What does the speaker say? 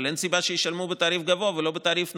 אבל אין סיבה שישלמו בתעריף גבוה ולא בתעריף נמוך.